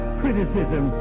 criticism